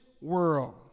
world